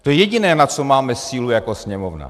To je jediné, na co máme sílu jako Sněmovna.